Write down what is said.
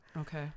Okay